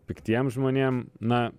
piktiem žmonėm na